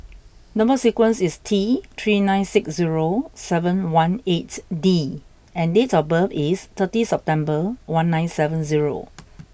number sequence is T three nine six zero seven one eight D and date of birth is thirty September one nine seven zero